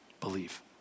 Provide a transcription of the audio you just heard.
Believe